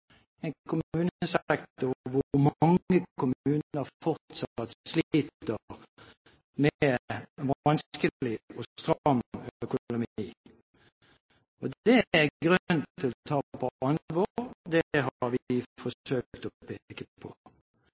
en kommunesektor hvor mange kommuner fortsatt sliter med vanskelig og stram økonomi. Det er det grunn til å ta på alvor, og det har vi forsøkt å peke på.